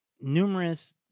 numerous